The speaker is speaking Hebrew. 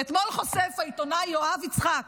ואתמול חושף העיתונאי יואב יצחק,